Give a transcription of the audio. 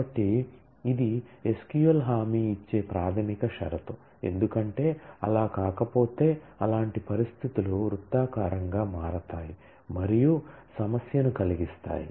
కాబట్టి ఇది SQL హామీ ఇచ్చే ప్రాథమిక షరతు ఎందుకంటే అలా కాకపోతే అలాంటి పరిస్థితులు వృత్తాకారంగా మారతాయి మరియు సమస్యను కలిగిస్తాయి